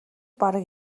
бараг